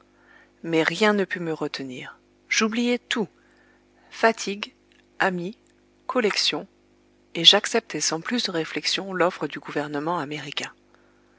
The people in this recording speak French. mais rien ne put me retenir j'oubliai tout fatigues amis collections et j'acceptai sans plus de réflexions l'offre du gouvernement américain